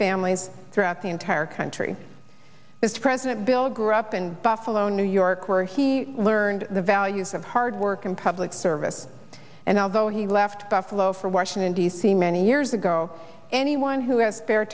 families throughout the entire country as president bill grew up in buffalo new york where he learned the values of hard work and public service and i so he left buffalo for washington d c many years ago anyone who has